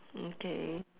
mm K